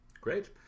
Great